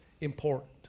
important